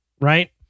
Right